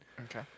Okay